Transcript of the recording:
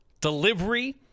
delivery